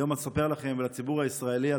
היום אני אספר לכם ולציבור הישראלי על